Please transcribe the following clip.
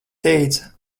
teica